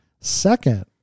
Second